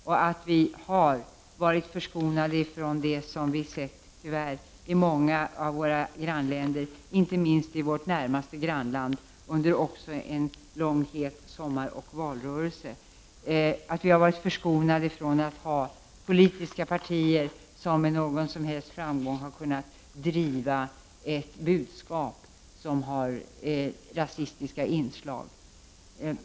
Vi har varit förskonade från sådant som vi tyvärr kunnat se i många av våra grannländer, inte minst i vårt närmaste grannland under en lång och het sommar och även under en valrörelse. Vi har också varit förskonade från att se politiska partier som med någon som helst framgång har kunnat driva ett budskap med rasistiska inslag.